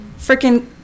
freaking